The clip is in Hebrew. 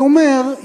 אני אומר,